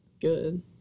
Good